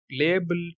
label